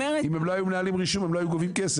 אם הם לא היו מנהלים רישום הם לא היו גובים כסף.